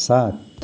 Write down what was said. सात